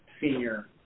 senior